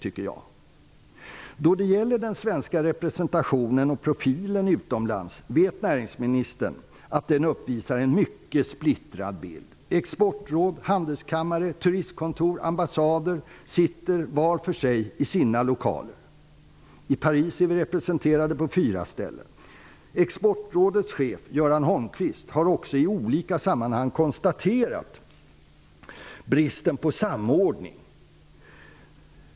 Näringsministern vet att den svenska represenationen och profilen utomlands uppvisar en mycket splittrad bild. Exportråd, handelskammare, turistkontor och ambassader sitter var för sig i separata lokaler. I Paris är vi representerade på fyra ställen. Exportrådets chef Göran Holmquist har i olika sammanhang konstaterat bristen på samordning.